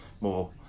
more